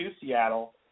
Seattle